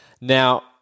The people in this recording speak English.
Now